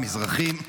מזרחים,